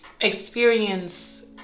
experience